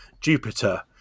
Jupiter